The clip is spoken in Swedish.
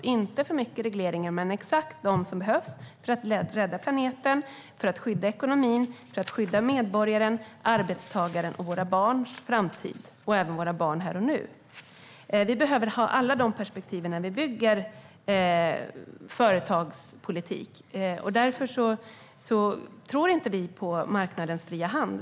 Det ska inte vara för mycket regleringar utan exakt de som behövs för att rädda planeten, skydda ekonomin och skydda medborgaren, arbetstagaren, våra barns framtid och även våra barn här och nu. Vi behöver ha alla de perspektiven när vi bygger företagspolitik. Därför tror vi inte på marknadens fria hand.